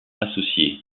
associé